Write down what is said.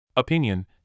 Opinion